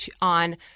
on